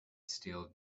steal